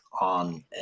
on